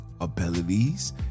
abilities